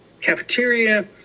cafeteria